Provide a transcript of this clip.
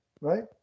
right